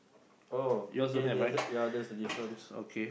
oh okay there there ya that's the difference